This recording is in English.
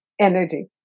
energy